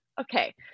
Okay